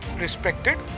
respected